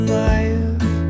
life